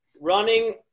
Running